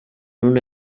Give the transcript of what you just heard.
una